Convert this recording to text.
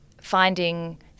finding